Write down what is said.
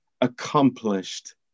accomplished